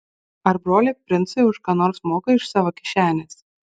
ar broliai princai už ką nors moka iš savo kišenės